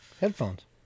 headphones